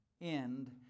end